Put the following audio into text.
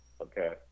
okay